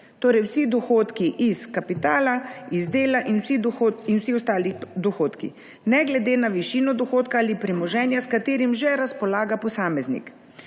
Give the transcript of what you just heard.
torej vsi dohodki iz kapitala, iz dela in vsi ostali dohodki, ne glede na višino dohodka ali premoženja, s katerim že razpolaga posameznik.